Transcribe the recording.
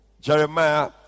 Jeremiah